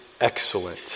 excellent